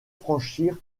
franchir